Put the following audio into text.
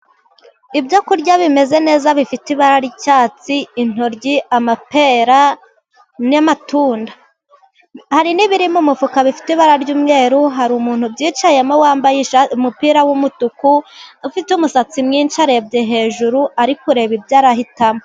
Ibyo kurya bimeze neza bifite ibara ry'icyatsi, intoryi, amapera, n'amatunda. Hari n'biriri mu mufuka bifite ibara ry'umweru, hari ubyicayemo wambaye ishati, umupira w'umutuku, ufite umusatsi mwizashi, arebye hejuru, ari kureba ibyo ahitamo.